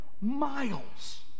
miles